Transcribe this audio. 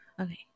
Okay